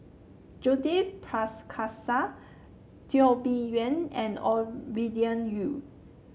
Judith Prakash Teo Bee Yen and Ovidia Yu